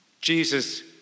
Jesus